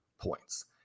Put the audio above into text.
points